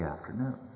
afternoon